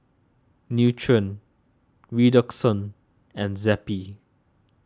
Nutren Redoxon and Zappy